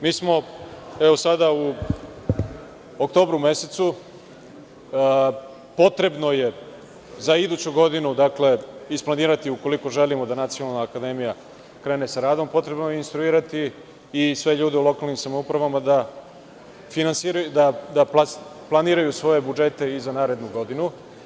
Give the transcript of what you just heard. Mi smo, evo sada u oktobru mesecu, potrebno je za iduću godinu, dakle, isplanirati, ukoliko želimo da Nacionalna akademija krene sa radom, potrebno je instalirati i sve ljude u lokalnim samoupravama da finansiraju, da planiraju svoje budžete i za narednu godinu.